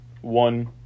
One